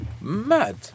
Mad